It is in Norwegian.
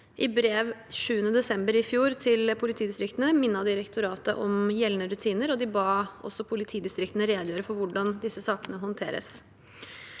I brev av 7. desember i fjor til politidistriktene minnet direktoratet om gjeldende rutiner og ba politidistriktene redegjøre for hvordan disse sakene håndteres.